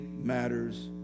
matters